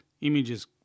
images